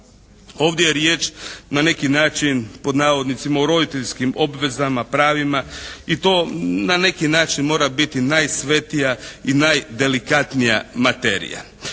Ovdje je riječ na neki način pod navodnicima o roditeljskim obvezama, pravima i to na neki način mora biti najsvetija i najdelikatnija materija.